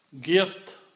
gift